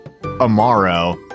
Amaro